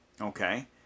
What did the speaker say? okay